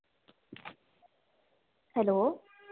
hello